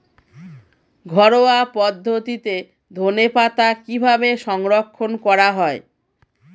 ঘরোয়া পদ্ধতিতে ধনেপাতা কিভাবে সংরক্ষণ করা হয়?